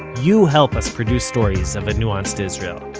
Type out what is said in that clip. you help us produce stories of a nuanced israel.